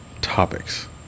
topics